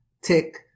tick